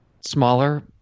smaller